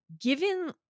given